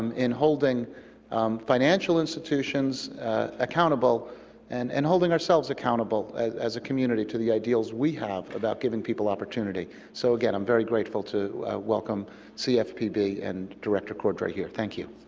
um in holding financial institutions accountable and and holding ourselves accountable as as a community to the ideals we have about giving people opportunity. so, again, i'm very grateful to welcome cfpb and director cordray here. thank you.